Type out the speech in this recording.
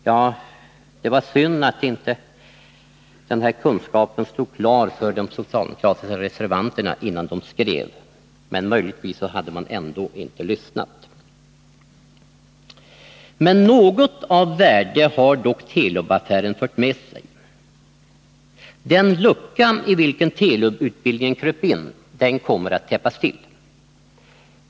Ja, det var synd att det här inte stod klart för de socialdemokratiska reservanterna innan de skrev reservationen, men kanske hade de ändå inte lyssnat. Men något av värde har dock Telub-affären fört med sig. Den lucka i vilken Telub-utbildningen kröp in kommer att täppas till.